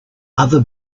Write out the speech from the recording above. other